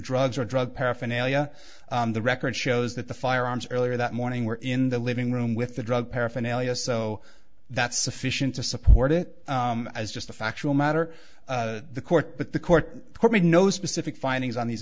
drugs or drug paraphernalia the record shows that the firearms earlier that morning were in the living room with the drug paraphernalia so that's sufficient to support it as just a factual matter the court but the court made no specific findings on these